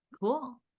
cool